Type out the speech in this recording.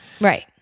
Right